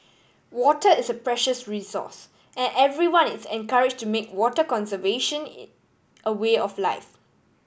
water is a precious resource and everyone is encourage to make water conservation in a way of life